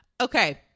okay